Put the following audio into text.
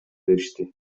беришти